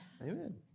Amen